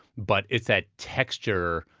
but it's that texture,